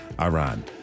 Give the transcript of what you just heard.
Iran